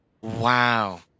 Wow